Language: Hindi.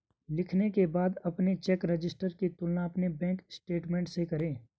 लिखने के बाद अपने चेक रजिस्टर की तुलना अपने बैंक स्टेटमेंट से करें